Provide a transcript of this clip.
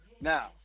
Now